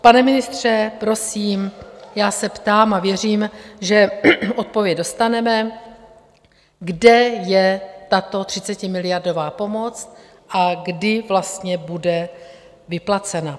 Pane ministře, prosím, já se ptám a věřím, že odpověď dostaneme kde je tato 30miliardová pomoc a kdy vlastně bude vyplacena?